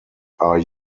are